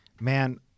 Man